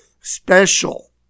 special